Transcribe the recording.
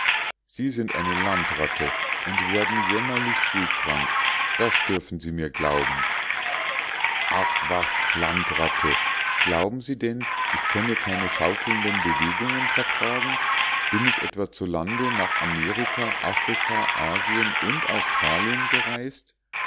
sie sind eine landratte und werden jämmerlich seekrank das dürfen sie mir glauben ach was landratte glauben sie denn ich könne keine schaukelnde bewegung vertragen bin ich etwa zu lande nach amerika afrika asien und australien gereist